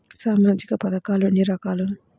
సామాజిక పథకాలు ఎన్ని రకాలు?